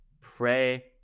pray